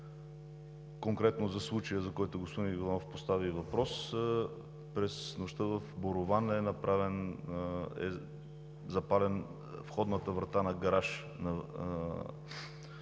Конкретно за случая, за който господин Иванов постави въпрос: през нощта в Борован е запалена входната врата на гараж на